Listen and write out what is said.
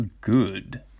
good